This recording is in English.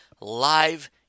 live